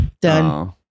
done